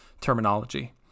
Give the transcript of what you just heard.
terminology